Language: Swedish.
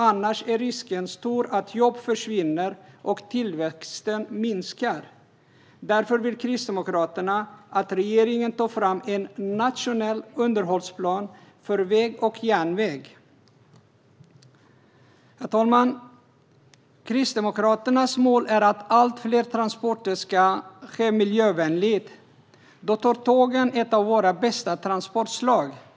Annars är risken stor att jobb försvinner och tillväxten minskar. Därför vill Kristdemokraterna att regeringen tar fram en nationell underhållsplan för väg och järnväg. Herr talman! Kristdemokraternas mål är att allt fler transporter ska ske miljövänligt, och då är tåget ett av våra bästa transportslag.